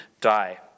die